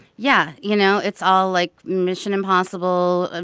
yeah, you know, it's all, like, mission impossible, ah